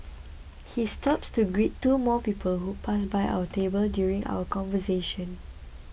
he stops to greet two more people who pass by our table during our conversation